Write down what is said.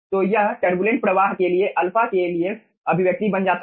तो यह टरबुलेंट प्रवाह के लिए α के लिए अभिव्यक्ति बन जाता है